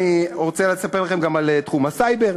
אני רוצה לספר לכם גם על תחום הסייבר: